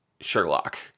Sherlock